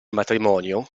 matrimonio